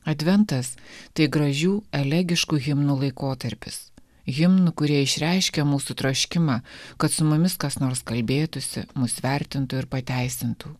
adventas tai gražių elegiškų himnų laikotarpis himnų kurie išreiškia mūsų troškimą kad su mumis kas nors kalbėtųsi mus vertintų ir pateisintų